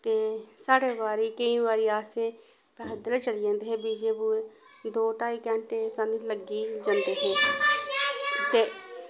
ते साढ़े बारी केईं बारी असें पैदल गै चली जंदे हे विजयपुर दो ढाई घैंटे सानूं लग्गी गै जंदे हे ते